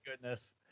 goodness